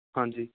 ਹਾਂਜੀ